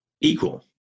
Equal